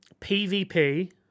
PvP